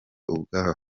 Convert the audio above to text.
ubwabo